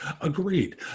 Agreed